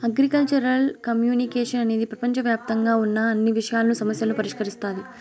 agricultural communication అనేది ప్రపంచవ్యాప్తంగా ఉన్న అన్ని విషయాలను, సమస్యలను పరిష్కరిస్తాది